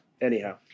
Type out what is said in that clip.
anyhow